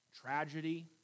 tragedy